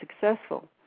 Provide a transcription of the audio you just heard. successful